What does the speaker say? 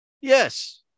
Yes